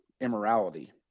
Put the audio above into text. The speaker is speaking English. immorality